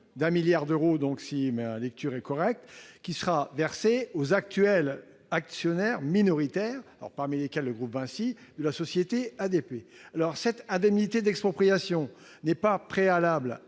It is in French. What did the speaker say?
de 1 milliard d'euros, si ma lecture est correcte, sera versée aux actuels actionnaires minoritaires, parmi lesquels le groupe Vinci, de la société ADP. Cette indemnité d'expropriation est non pas préalable